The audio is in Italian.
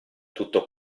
tutto